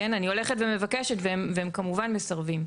אני הולכת ומבקשת והם כמובן מסרבים.